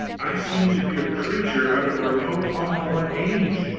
i seemed to be a creature out of a remote unborn age,